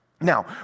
Now